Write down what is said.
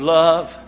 love